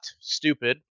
stupid